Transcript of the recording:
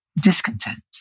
discontent